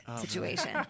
situation